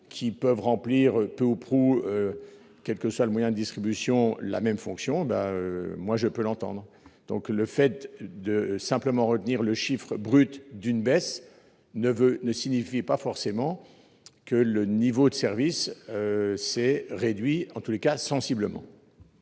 qui peuvent remplir peu ou prou. Quel que soit le moyen distribution la même fonction. Ben moi je peux l'entendre. Donc le fait de simplement retenir le chiffre brut d'une baisse ne veut ne signifie pas forcément que le niveau de service. S'est réduit. En tous les cas sensiblement.